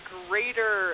greater